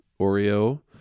Oreo